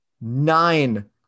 Nine